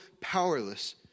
powerless